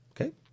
Okay